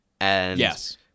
Yes